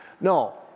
No